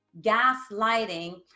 gaslighting